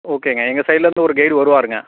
ஓகேங்க எங்கள் சைட்லேருந்து ஒரு கெய்டு வருவாருங்க